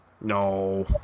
No